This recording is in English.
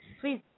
please